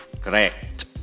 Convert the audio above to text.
Correct